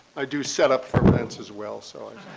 i do set up for events as well, so